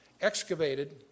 excavated